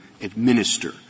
administer